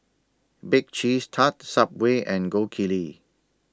Bake Cheese Tart Subway and Gold Kili